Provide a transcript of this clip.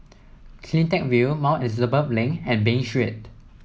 CleanTech View Mount Elizabeth Link and Bain Street